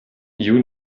you